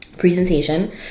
presentation